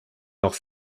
noch